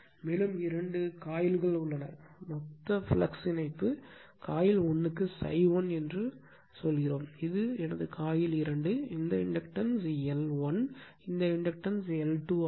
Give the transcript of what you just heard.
மேலும் இரண்டு காயில்கள் உள்ளன மொத்த ஃப்ளக்ஸ் இணைப்பு காயில் 1 க்கு ∅1 சொல்லுங்கள் இது எனது காயில் 2 இந்த இண்டக்டன்ஸ் எல் 1 இண்டக்டன்ஸ் எல் 2 ஆகும்